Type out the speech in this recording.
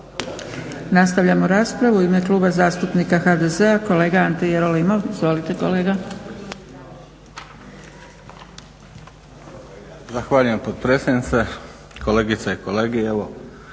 Nastavljamo raspravu. U ime kluba zastupnika HDZ-a, kolega Ante Jerolimov. Izvolite kolega. **Jerolimov, Ante (HDZ)** Zahvaljujem potpredsjednice, kolegice i kolege.